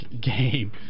game